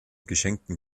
geschenkten